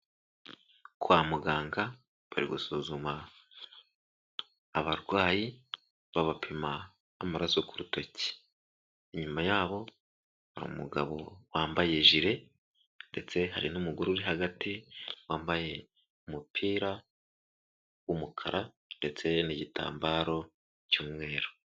Kwa muganga bari gusuzuma abarwayi babapima amaraso ku rutoki, inyuma yabo hari umugabo wambaye ijire ndetse hari n'umugore uri hagati wambaye umupira w'umukara ndetse n'igitambaro cy'umweru.